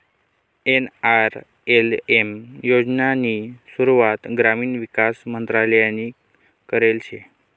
NRLM योजनानी सुरुवात ग्रामीण विकास मंत्रालयनी करेल शे